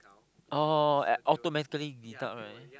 oh like automatically deduct right